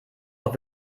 auch